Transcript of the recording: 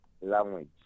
language